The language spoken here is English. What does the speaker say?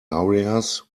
areas